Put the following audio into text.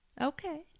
Okay